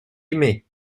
aimé